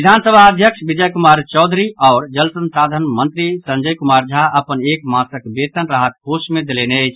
विधानसभा अध्यक्ष विजय कुमार चौधरी आओर जल संसाधन मंत्री संजय कुमार झा अपन एक मासक वेतन राहत कोष मे देलनि अछि